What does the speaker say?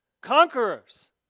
conquerors